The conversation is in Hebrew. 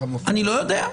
אני לא יודע.